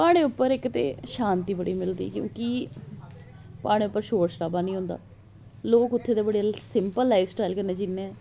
प्हाडे़ं उप्पर इक ते शांति बड़ी मिलदी क्योंकि प्हाडे़ उप्पर शोर शरावा नेईं होंदा लोक उत्थै दे बडे़ सिंपल लाइफ स्टाइल कन्नै जींदे न